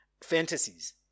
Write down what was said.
fantasies